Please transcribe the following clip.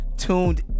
Tuned